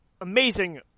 amazing